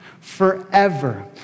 forever